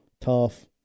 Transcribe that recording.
tough